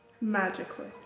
Magically